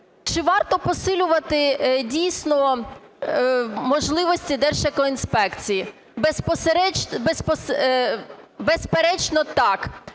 чи варто посилювати, дійсно, можливості Держекоінспекції? Безперечно, так.